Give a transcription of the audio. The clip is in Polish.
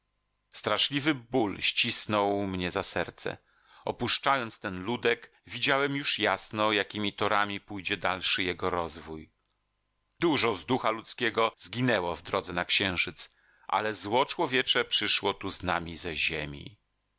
straszliwy ból ścisnął mnie za serce opuszczając ten ludek widziałem już jasno jakimi torami pójdzie dalszy jego rozwój dużo z ducha ludzkiego zginęło w drodze na księżyc ale zło człowiecze przyszło tu z nami ze ziemi